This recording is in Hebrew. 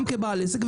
גם כבעל עסק,